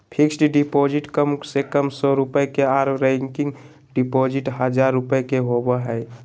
fixed deposit कम से कम सौ रुपया के आर रेकरिंग डिपॉजिट हजार रुपया के होबय हय